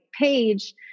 page